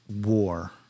war